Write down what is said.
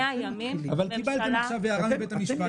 100 ימים --- קיבלתם עכשיו הערה מבית המשפט,